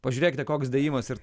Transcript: pažiūrėkite koks dėjimas ir